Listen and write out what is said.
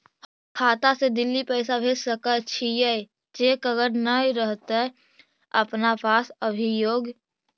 हमर खाता से दिल्ली पैसा भेज सकै छियै चेक अगर नय रहतै अपना पास अभियोग?